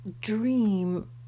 dream